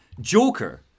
joker